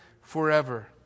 forever